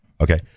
Okay